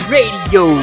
Radio